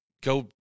go